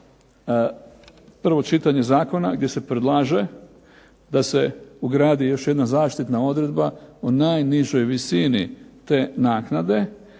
prvo čitanje zakona, gdje se predlaže da se ugradi još jedna zaštitna odredba o najnižoj visini te naknade,